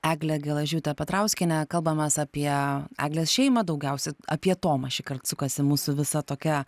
eglę gelažiūtę petrauskienę kalbamės apie eglės šeimą daugiausia apie tomą šįkart sukasi mūsų visa tokia